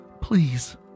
Please